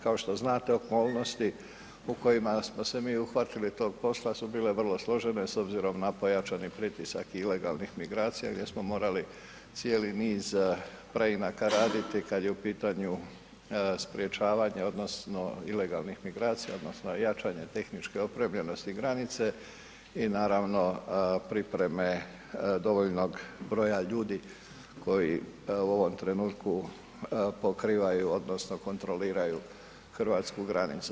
Kao što znate okolnosti u kojima smo se mi uhvatili tog posla su bile vrlo složene s obzirom na pojačani pritisak ilegalnih migracija jer smo morali cijeli niz preinaka raditi kad je u pitanju sprječavanje odnosno ilegalnih migracija odnosno jačanje tehničke opremljenosti granice i naravno pripreme dovoljnog broja ljudi koji u ovom trenutku pokrivaju odnosno kontroliraju hrvatsku granicu.